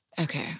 okay